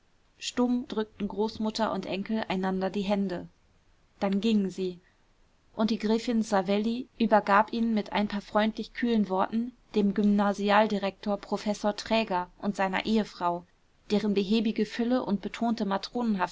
stumm drückten großmutter und enkel einander die hände dann gingen sie und die gräfin savelli übergab ihn mit ein paar freundlich kühlen worten dem gymnasialdirektor professor traeger und seiner ehefrau deren behäbige fülle und betonte